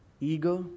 eager